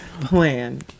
plan